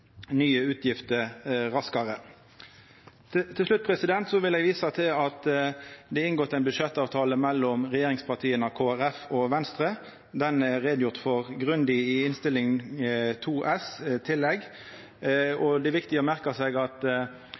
nye utgifter raskare. Til slutt vil eg visa til at det er inngått ein budsjettavtale mellom regjeringspartia og Kristeleg Folkeparti og Venstre, som det er gjort grundig greie for i Innst. 2 S Tillegg 1 for 2014–2015. Det er viktig å merka seg at